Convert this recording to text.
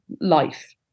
life